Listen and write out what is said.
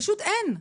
פשוט אין.